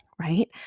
right